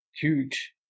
huge